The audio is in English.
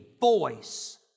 voice